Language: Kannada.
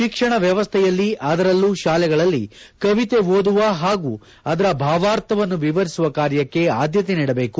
ಶಿಕ್ಷಣ ವ್ಯವಸ್ಥೆಯಲ್ಲಿ ಅದರಲ್ಲೂ ಶಾಲೆಗಳಲ್ಲಿ ಕವಿತೆ ಓದುವ ಹಾಗೂ ಅದರ ಭಾವಾರ್ಥವನ್ನು ವಿವರಿಸುವ ಕಾರ್ಯಕ್ಕೆ ಆದ್ದತೆ ನೀಡಬೇಕು